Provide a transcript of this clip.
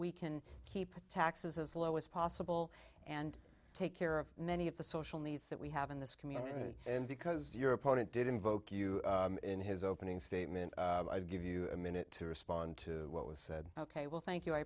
we can keep our taxes as low as possible and take care of many of the social needs that we have in this community and because your opponent did invoke you in his opening statement i give you a minute to respond to what was said ok well thank you i